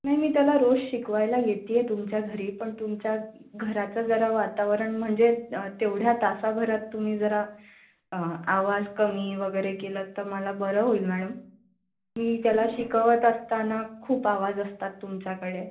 नाही मी त्याला रोज शिकवायला येती आहे तुमच्या घरी पण तुमच्या घराचं जरा वातावरण म्हणजे तेवढ्या तासाभरात तुम्ही जरा आवाज कमी वगैरे केलं तर मला बरं होईल मॅडम मी त्याला शिकवत असताना खूप आवाज असतात तुमच्याकडे